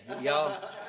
y'all